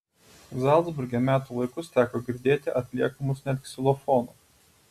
zalcburge metų laikus teko girdėti atliekamus net ksilofono